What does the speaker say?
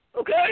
Okay